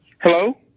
Hello